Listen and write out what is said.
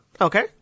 Okay